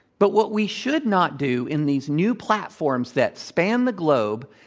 but what we should not do in these new platforms that span the globe,